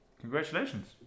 congratulations